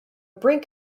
brink